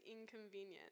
inconvenient